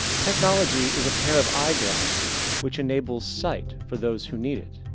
technology is a pair of eye glasses, which enables sight for those who need it.